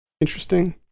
interesting